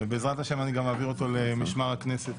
ובעזרת השם אני גם אעביר אותו למשמר הכנסת,